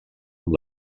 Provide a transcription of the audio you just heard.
amb